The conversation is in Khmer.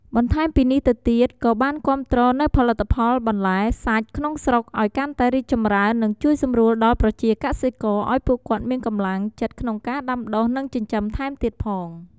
បន្ថែមពីនេះទៅទៀត ក៏បានគាំទ្រនូវផលិតផលបន្លែ សាច់ ក្នុងស្រុកឲ្យកាន់តែរីកចម្រើននិងជួយសម្រួលដល់ប្រជាកសិករឲ្យពួកគាត់មានកម្លាំងចិត្តក្នុងការដាំដុះនិងចិញ្ចឹមថែមទៀតផង។